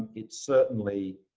it's certainly